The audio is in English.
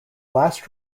last